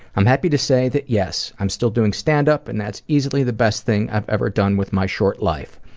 i'm happy to say that yes, i'm still doing standup, and that's easily the best thing i've ever done with my short life.